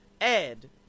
Ed